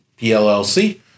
PLLC